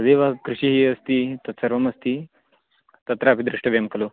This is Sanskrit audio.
तदेव कृषिः अस्ति तत्सर्वम् अस्ति तत्रापि द्रष्टव्यं खलु